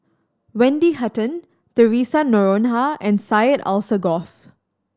Wendy Hutton Theresa Noronha and Syed Alsagoff